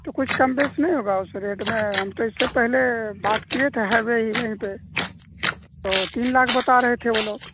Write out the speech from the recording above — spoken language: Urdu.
تو کچھ کم بیس نہیں ہوگا اس ریٹ میں ہم تو اس سے پہلے بات کیے تھے ہائبے ہی وہیں پہ تو تین لاکھ بتا رہے تھے وہ لوگ